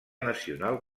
nacional